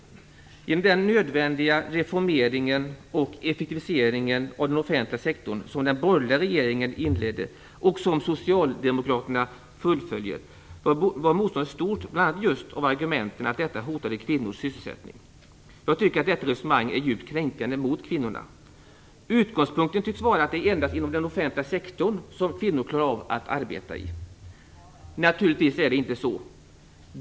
Motståndet mot den nödvändiga reformeringen och effektiviseringen av den offentliga sektorn som den borgerliga regeringen inledde och som socialdemokraterna fullföljer var stort bl.a. med argumenten att detta hotade kvinnors sysselsättning. Jag tycker att detta resonemang är djupt kränkande mot kvinnorna. Utgångspunkten tycks vara att det endast är inom den offentliga sektorn som kvinnor klarar av att arbeta. Det är naturligtvis inte så.